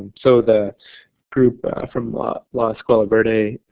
so the group from la escuela verde,